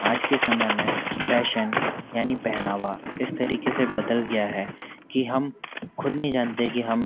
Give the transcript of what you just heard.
आज के समय में फैशन यानी पहनावा इस तरीक़े से बदल गया है कि हम ख़ुद नहीं जानते कि हम